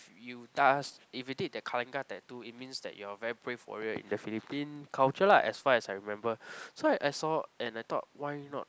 you does if you did the kalinga tattoo it means that you are very brave warrior in the Philippine culture lah as far as I remember so I saw and I thought why not